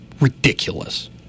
Ridiculous